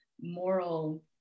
moral